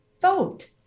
vote